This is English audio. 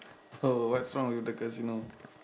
oh what's wrong with the casino